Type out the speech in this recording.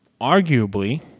arguably